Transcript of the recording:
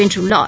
வென்றுள்ளார்